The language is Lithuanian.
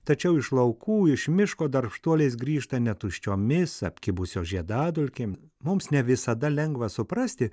tačiau iš laukų iš miško darbštuolės grįžta ne tuščiomis apkibusios žiedadulkėm mums ne visada lengva suprasti